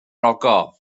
ogof